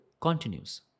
continues